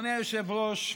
אדוני היושב-ראש,